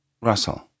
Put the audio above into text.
Russell